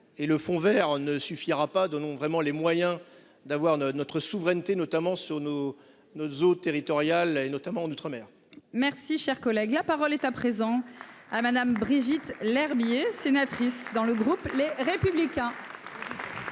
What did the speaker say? et le Fonds Vert ne suffira pas de non vraiment les moyens d'avoir de notre souveraineté notamment sur nos nos eaux territoriales et notamment d'outre-mer. Merci, cher collègue, la parole est à présent à madame Brigitte Lherbier sénatrice dans le groupe Les Républicains.